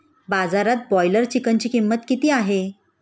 बाजारात ब्रॉयलर चिकनची किंमत किती आहे?